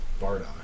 Bardock